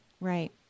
Right